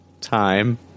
time